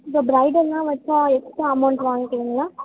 இப்போ பிரைடெல்லாம் வைச்சா எக்ஸ்ட்ரா அமௌண்ட் வாங்கிப்பீங்ளா